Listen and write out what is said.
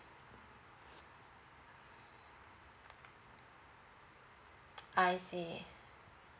I see